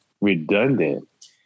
redundant